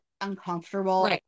uncomfortable